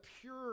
pure